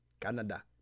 Canada